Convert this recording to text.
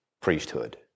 priesthood